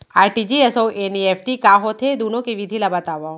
RTGS अऊ NEFT का होथे, दुनो के विधि ला बतावव